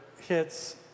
hits